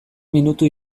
minutu